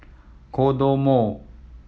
Kodomo